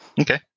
Okay